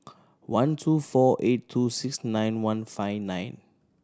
one two four eight two six nine one five nine